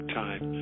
time